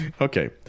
Okay